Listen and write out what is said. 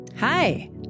Hi